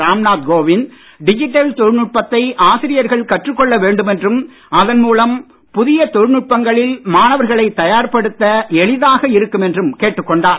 Ram Nath Kovind digital தொழில்நுட்பத்தை ஆசிரியர்கள் கற்று கொள்ள வேண்டும் என்றும் அதன் மூலம் புதிய தொழில்நுட்பங்களில் மாணவர்களை தயார்படுத்த எளிதாக இருக்கும் என்றும் கேட்டுக் கொண்டார்